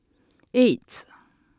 eight